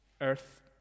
earth